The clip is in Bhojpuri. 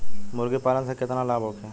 मुर्गीपालन से केतना लाभ होखे?